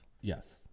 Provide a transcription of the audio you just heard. Yes